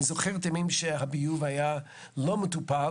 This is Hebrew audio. אני זוכר את הימים שהביוב היה לא מטופל